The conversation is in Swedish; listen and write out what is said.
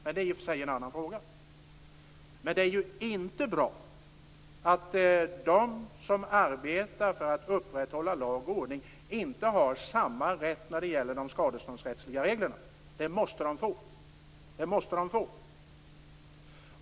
Men det är i och för sig en annan fråga. Men det är ju inte bra att de som arbetar för att upprätthålla lag och ordning inte har samma rätt när det gäller de skadeståndsrättsliga reglerna. Det måste de få.